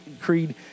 Creed